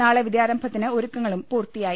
നാളെ വിദ്യാരംഭത്തിന് ഒരുക്കങ്ങളും പൂർത്തിയായി